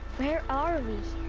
where are we?